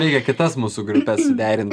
reikia kitas mūsų grupes suderint